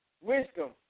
wisdom